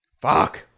fuck